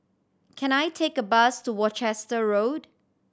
can I take a bus to Worcester Road